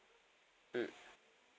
mm